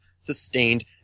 sustained